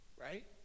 Right